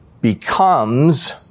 becomes